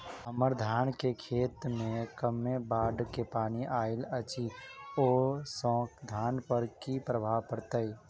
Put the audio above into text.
हम्मर धानक खेत मे कमे बाढ़ केँ पानि आइल अछि, ओय सँ धान पर की प्रभाव पड़तै?